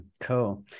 Cool